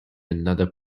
another